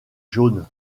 jaunes